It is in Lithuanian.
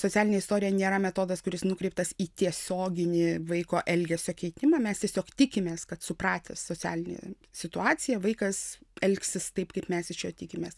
socialinė istorija nėra metodas kuris nukreiptas į tiesioginį vaiko elgesio keitimą mes tiesiog tikimės kad supratęs socialinį situaciją vaikas elgsis taip kaip mes iš jo tikimės